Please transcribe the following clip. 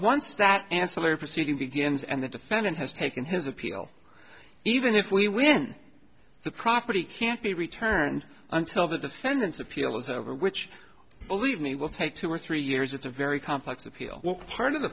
once that ancillary proceeding begins and the defendant has taken his appeal even if we win the property can't be returned until the defendant's appeal is over which believe me will take two or three years it's a very complex appeal part of the